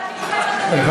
שאלתי אם,